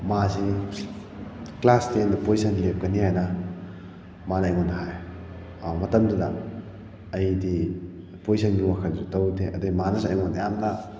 ꯃꯥꯁꯤ ꯀ꯭ꯂꯥꯁ ꯇꯦꯟꯗ ꯄꯣꯖꯤꯁꯟ ꯂꯦꯞꯀꯅꯤ ꯍꯥꯏꯅ ꯃꯥꯅ ꯑꯩꯉꯣꯟꯗ ꯍꯥꯏ ꯃꯇꯝꯗꯨꯗ ꯑꯩꯗꯤ ꯄꯣꯖꯤꯁꯟꯒꯤ ꯋꯥꯈꯟꯁꯨ ꯇꯧꯔꯨꯗꯦ ꯑꯗꯒꯤ ꯃꯥꯅꯁꯨ ꯑꯩꯉꯣꯟꯗ ꯌꯥꯝꯅ